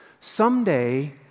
Someday